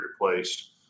replaced